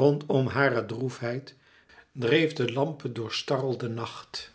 rondom hare droefheid dreef de lampe doorstarrelde nacht